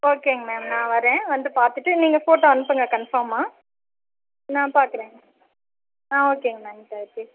ஓகேங்க மேம் நான் வரேன் வந்து பார்த்துட்டு நீங்கள் ஃபோட்டோ அனுப்புங்கள் கன்ஃபார்மாக நான் பார்க்கறேன் ஆ ஓகேங்க மேம் தேக் யூ